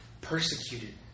persecuted